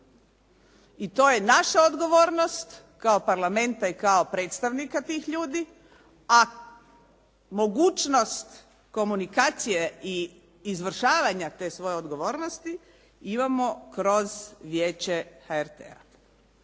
I to je naša odgovornost kao Parlamenta i kao predstavnika tih ljudi, a mogućnost komunikacije i izvršavanja te svoje odgovornosti imamo kroz Vijeće HRT-a.